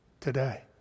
today